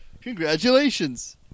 Congratulations